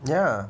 ya